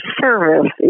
service